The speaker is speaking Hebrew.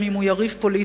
גם אם הוא יריב פוליטי,